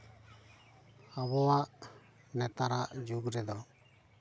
ᱟᱵᱚᱣᱟᱜ ᱱᱮᱛᱟᱨᱟᱜ ᱡᱩᱜᱽ ᱨᱮᱫᱚ